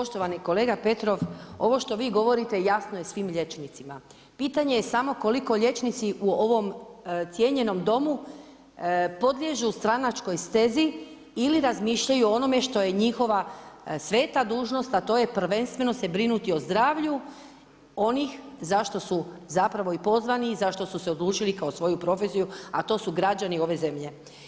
Poštovani kolega Petrov, ovo što vi govorite jasno je svim liječnicima, pitanje je koliko liječnici u ovom cijenjenom Domu podliježu stranačkoj stezi ili razmišljaju o onome što je njihova sveta dužnost, a to je prvenstveno se brinuti o zdravlju onih, zašto su zapravo i pozvani i zašto su se odlučili kao svoju profesiju, a to su građani ove zemlje.